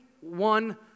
one